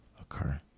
occur